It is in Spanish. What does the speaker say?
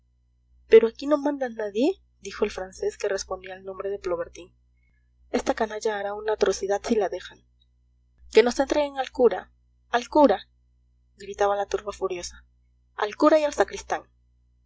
pero aquí no manda nadie dijo el francés que respondía al nombre de plobertin esta canalla hará una atrocidad si la dejan que nos entreguen al cura al cura gritaba la turba furiosa al cura y al sacristán